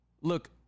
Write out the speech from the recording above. Look